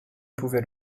pouvait